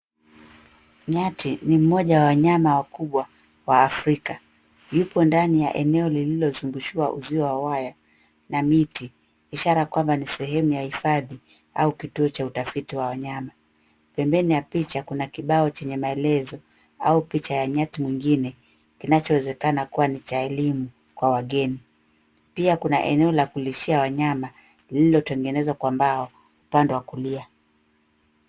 Nyati ni mmoja wa wanyama wakubwa, wa Afrika. Yupo ndani ya eneo lililozungushiwa uzio wa waya na miti, ishara kwamba ni sehemu ya hifadhi au kituo cha utafiti wa wanyama. Pembeni ya picha kuna kibao chenye maelezo, au picha ya nyati mwingine kinachowezekana kuwa ni cha elimu kwa wageni. Pia Kuna eneo la kulishia wanyama, lililotengenezwa kwa mbao upande wa kulia.